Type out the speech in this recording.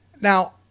Now